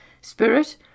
Spirit